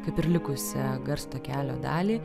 kaip ir likusią garso takelio dalį